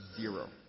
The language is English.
Zero